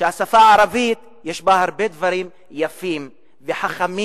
שבשפה הערבית יש הרבה דברים יפים וחכמים,